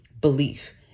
belief